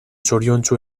zoriontsu